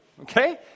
Okay